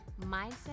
mindset